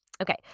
Okay